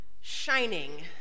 shining